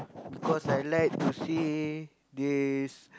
because I like to see this